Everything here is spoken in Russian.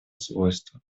свойства